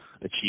achieve